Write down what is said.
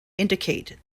indicate